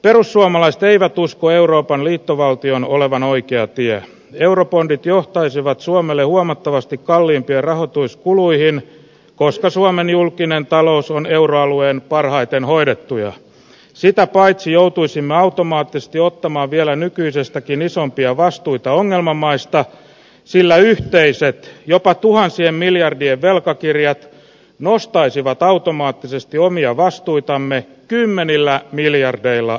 perussuomalaiset eivät usko euroopan liittovaltion olevan oikea tie eurobondit johtaisivat suomelle huomattavasti kalliimpia rahoituskuluihin koska suomen julkinen talous on euroalueen parhaiten hoidettu ja sitä paitsi joutuisin automaattisesti ottamaan vielä nykyisestäkin isompia vastuita ongelmamaista sillä yhtyeissä jopa tuhansien miljardien brokakirjat nostaisivat automaattisesti omia vastuitamme kymmenillä miljardeilla